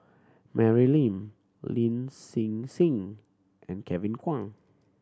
Mary Lim Lin Hsin Hsin and Kevin Kwan